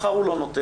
מחר הוא לא נותן,